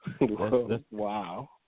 wow